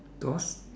those